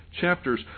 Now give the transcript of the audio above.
chapters